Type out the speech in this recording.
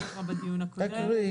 הוא הוקרא בדיון הקודם.